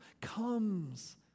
comes